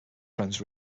friends